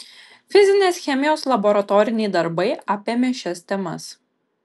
fizinės chemijos laboratoriniai darbai apėmė šias temas